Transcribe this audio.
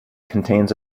contains